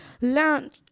lunch